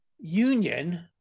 union